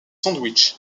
sandwich